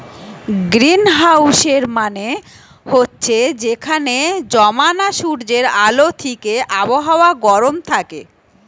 গ্রীনহাউসের মানে হচ্ছে যেখানে জমানা সূর্যের আলো থিকে আবহাওয়া গরম থাকে